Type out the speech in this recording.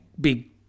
big